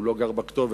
הוא לא גר בכתובת,